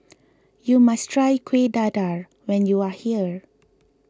you must try Kuih Dadar when you are here